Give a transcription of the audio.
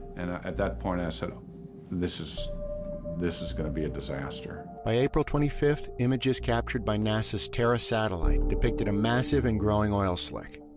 at that point i said, this is this is gonna be a disaster. by april twenty fifth, images captured by nasa's terra satellite depicted a massive and growing oil slick.